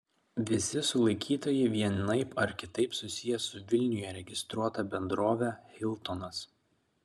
visi sulaikytieji vienaip ar kitaip susiję su vilniuje registruota bendrove hiltonas